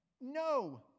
No